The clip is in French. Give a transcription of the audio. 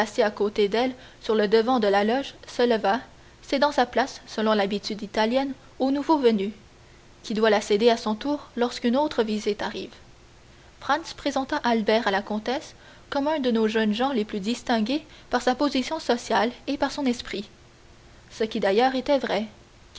à côté d'elle sur le devant de la loge se leva cédant sa place selon l'habitude italienne au nouveau venu qui doit la céder à son tour lorsqu'une autre visite arrive franz présenta albert à la comtesse comme un de nos jeunes gens les plus distingués par sa position sociale et par son esprit ce qui d'ailleurs était vrai